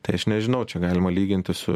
tai aš nežinau čia galima lyginti su